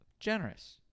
generous